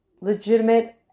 legitimate